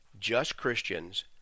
justchristians